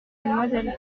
mademoiselle